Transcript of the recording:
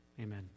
amen